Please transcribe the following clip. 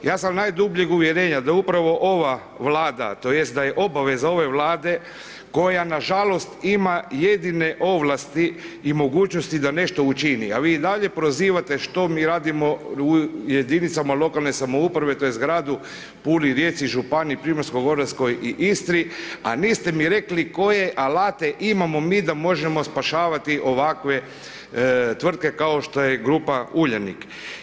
Ja sam najdubljeg uvjerenja da upravo ova Vlada tj. da je obaveza ove Vlade koja nažalost ima jedine ovlasti i mogućnosti da nešto učini a vi i dalje prozivate što mi radimo u jedinicama lokalne samouprave tj. gradu Puli, Rijeci, županiji Primorsko-goranskoj i Istri a niste mi rekli koje alate imamo mi da možemo spašavati ovakve tvrtke kao što je grupa Uljanik.